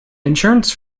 insurance